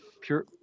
Pure